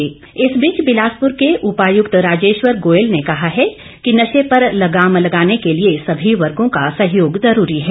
DC Bilaspur इस बीच बिलासपुर के उपायुक्त राजेश्वर गोयल ने कहा है कि नशे पर लगाम लगाने के लिए सभी वर्गो का सहयोग जरूरी है